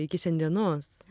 iki šiandienos